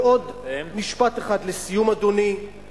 ועוד משפט אחד לסיום, אדוני.